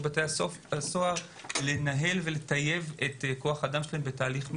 בתי הסוהר לנהל ולטייב את כוח האדם שלהם בתהליך מתמשך.